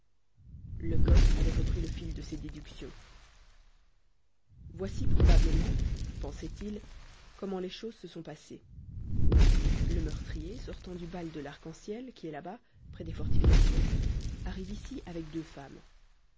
lecoq avait repris le fil de ses déductions voici probablement pensait-il comment les choses se sont passées le meurtrier sortant du bal de l'arc-en-ciel qui est là-bas près des fortifications arrive ici avec deux femmes